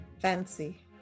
Fancy